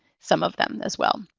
some of them as well.